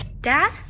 Dad